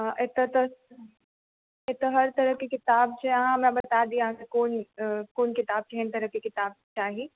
एतऽ तऽ एतऽ हर तरहकेँ किताब छै अहाँ हमरा बता दिअ अहाँकेँ कोन किताब केहन तरहकेँ किताब चाही